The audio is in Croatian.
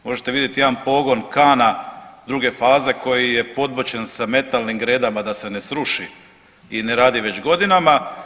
Možete vidjeti jedan pogon kana druge faze koji je podbočen sa metalnim gredama da se ne sruši i ne radi već godinama.